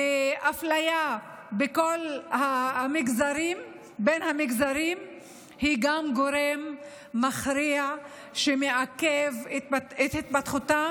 האפליה בין המגזרים היא גם גורם מכריע שמעכב את התפתחותם